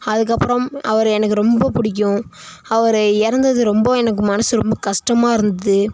அதுக்கப்புறம் அவர் எனக்கு ரொம்ப பிடிக்கும் அவர் இறந்தது ரொம்ப எனக்கு மனசு ரொம்ப கஷ்டமாருந்துது